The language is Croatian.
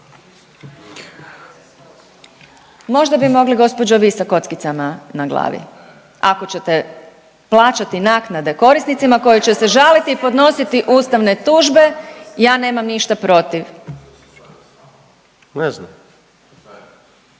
Možda bi mogli gospođo vi sa kockicama na glavi ako ćete plaćati naknade korisnicima koje će žaliti i podnositi ustavne tužbe, ja nemam ništa protiv.